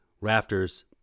rafters